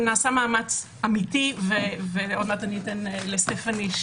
ונעשה מאמץ אמיתי ותכף אתן לסטפני,